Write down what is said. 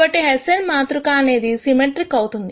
కాబట్టి హెస్సేన్ మాతృక అనేది సిమెట్రిక్అవుతుంది